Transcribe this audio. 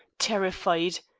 terrified.